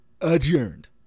adjourned